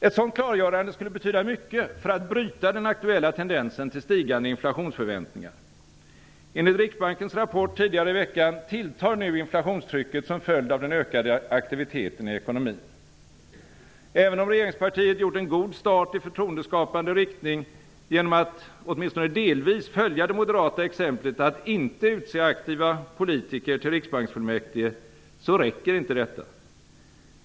Ett sådant klargörande skulle betyda mycket för att bryta den aktuella tendensen till stigande inflationsförväntningar. Enligt Riksbankens rapport tidigare i veckan tilltar nu inflationstrycket som en följd av den ökade aktiviteten i ekonomin. Även om regeringspartiet gjort en god start i förtroendeskapande riktning genom att åtminstone delvis följa det moderata exemplet att inte utse aktiva politiker till Riksbanksfullmäktige, så räcker inte detta.